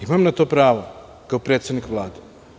Imam na to pravo, kao predsednik Vlade.